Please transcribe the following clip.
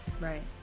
right